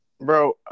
bro